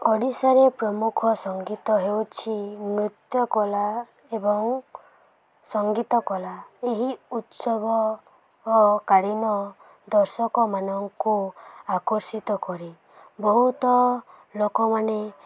ଓଡ଼ିଶାରେ ପ୍ରମୁଖ ସଙ୍ଗୀତ ହେଉଛି ନୃତ୍ୟକଳା ଏବଂ ସଙ୍ଗୀତକଳା ଏହି ଉତ୍ସବ ଓ କାଳୀନ ଦର୍ଶକମାନଙ୍କୁ ଆକର୍ଷିତ କରେ ବହୁତ ଲୋକମାନେ